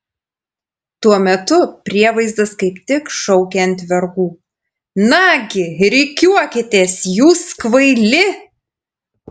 tuo metu prievaizdas kaip tik šaukė ant vergų nagi rikiuokitės jūs kvaili